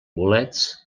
bolets